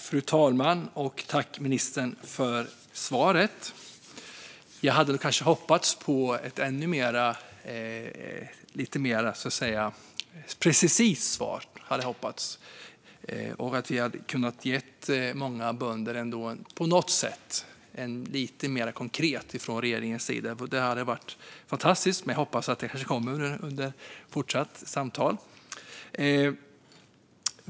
Fru talman! Tack, ministern, för svaret! Jag hade väl kanske hoppats på ett lite mer precist svar och att vi ändå på något sätt hade kunnat ge många bönder något lite mer konkret från regeringens sida. Det hade varit fantastiskt. Men jag hoppas att det kanske kommer under fortsatt samtal.